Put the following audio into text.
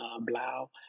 Blau